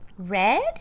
Red